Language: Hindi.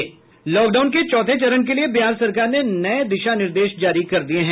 लॉक डाउन के चौथे चरण के लिए बिहार सरकार ने नये दिशा निर्देश जारी कर दिये हैं